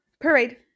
parade